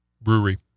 Brewery